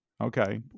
okay